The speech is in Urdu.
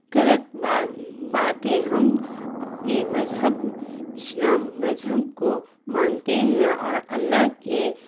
غلط بات باتیں ہم اپنے مذہب اسلام مذہب کو مانتے ہیں اور اللہ کے